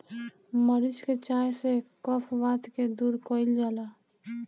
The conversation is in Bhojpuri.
मरीच के चाय से कफ वात के दूर कइल जाला